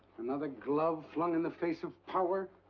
another glove flung in the face of power?